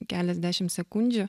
keliasdešim sekundžių